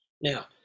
now